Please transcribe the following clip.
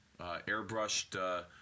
airbrushed